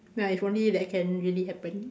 like if only that can really happen